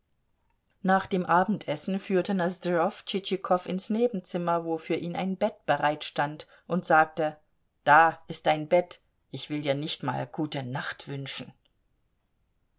nach dem abendessen führte nosdrjow tschitschikow ins nebenzimmer wo für ihn ein bett bereit stand und sagte da ist dein bett ich will dir nicht mal gute nacht wünschen